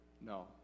No